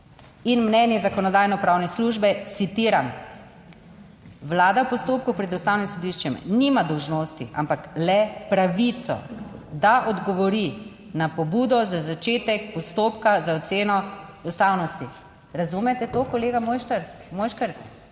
in mnenje Zakonodajno-pravne službe, citiram: Vlada v postopku pred Ustavnim sodiščem nima dolžnosti ampak le pravico, da odgovori na pobudo za začetek postopka za oceno ustavnosti." Razumete to, kolega Mojškerc,